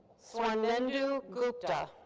swarnendu gupta.